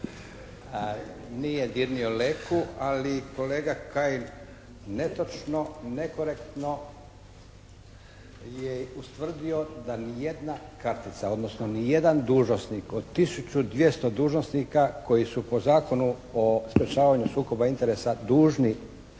Nije dirnuo Leku, ali kolega Kajin netočno, nekorektno je ustvrdio da ni jedna kartica, odnosno ni jedan dužnosnik od 1200 dužnosnika koji su po Zakonu o sprječavanju sukoba interesa dužni